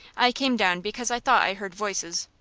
i came down because i thought i heard voices.